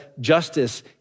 justice